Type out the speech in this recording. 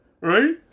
Right